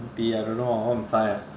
M_P I don't know go and find lah